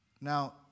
Now